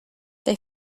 they